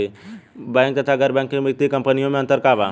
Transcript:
Bank तथा गैर banking वित्तीय कम्पनीयो मे अन्तर का बा?